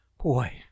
Boy